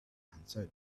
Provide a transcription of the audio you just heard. answered